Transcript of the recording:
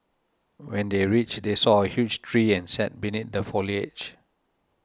when they reached they saw a huge tree and sat beneath the foliage